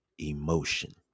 Emotion